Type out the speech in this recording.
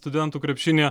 studentų krepšinyje